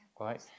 right